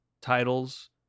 titles